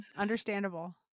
Understandable